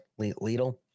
Lidl